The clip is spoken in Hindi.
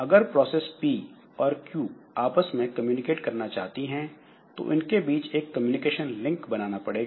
अगर प्रोसेस पी और क्यू आपस में कम्युनिकेट करना चाहती हैं तो इनके बीच एक कम्युनिकेशन लिंक बनाना पड़ेगा